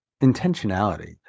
intentionality